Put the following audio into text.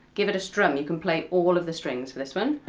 give it a strum, you can play all of the strings for this one.